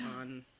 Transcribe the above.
on